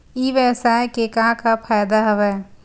ई व्यवसाय के का का फ़ायदा हवय?